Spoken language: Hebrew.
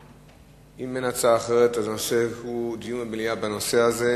אם אין הצעה אחרת, נעשה דיון במליאה בנושא הזה.